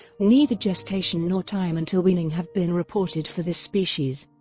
neither gestation nor time until weaning have been reported for this species.